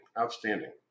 Outstanding